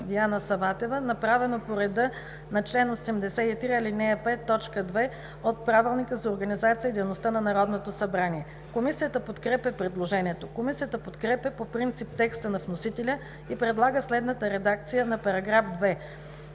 Диана Саватева, направено по реда на чл. 83, ал. 5, т. 2 от Правилника за организацията и дейността на Народното събрание. Комисията подкрепя предложението. Комисията подкрепя по принцип текста на вносителя и предлага следната редакция на § 2: „§ 2.